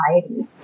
society